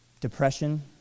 Depression